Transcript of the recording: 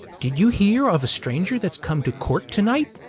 did you hear of a stranger that's come to court to-night?